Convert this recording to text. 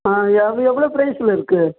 ஆ எவ் எவ்வளோ பிரைஸில் இருக்குது